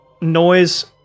noise